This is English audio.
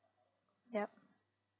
yup